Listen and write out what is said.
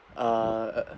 uh uh